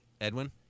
Edwin